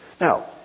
Now